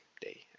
day